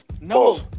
No